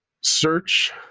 Search